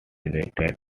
united